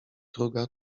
druga